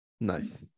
Nice